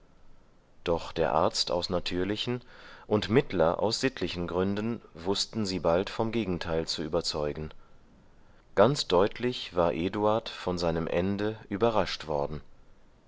doch der arzt aus natürlichen und mittler aus sittlichen gründen wußten sie bald vom gegenteil zu überzeugen ganz deutlich war eduard von seinem ende überrascht worden